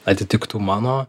atitiktų mano